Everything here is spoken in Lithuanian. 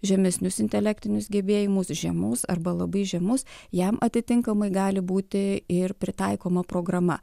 žemesnius intelektinius gebėjimus žemus arba labai žemus jam atitinkamai gali būti ir pritaikoma programa